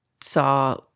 saw